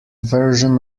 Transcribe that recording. version